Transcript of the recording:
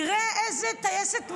תראה איזו טייסת מדהימה,